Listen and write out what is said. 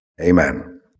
Amen